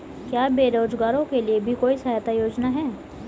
क्या बेरोजगारों के लिए भी कोई सहायता योजना है?